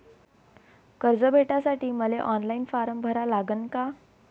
कर्ज भेटासाठी मले ऑफलाईन फारम भरा लागन का?